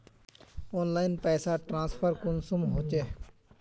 Online पैसा transfer कुंसम होचे?